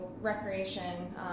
recreation